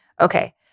Okay